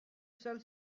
sell